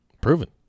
proven